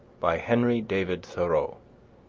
by henry david thoreau